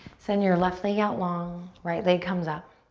send your left leg out long, right leg comes up.